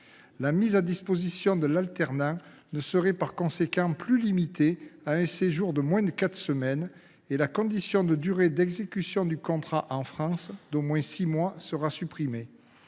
La mise à disposition de l’alternant ne sera par conséquent plus limitée à un séjour de moins de quatre semaines ; la condition de durée d’exécution du contrat en France d’au moins six mois sera supprimée.